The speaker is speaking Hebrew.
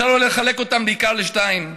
אפשר לחלק אותן בעיקר לשניים: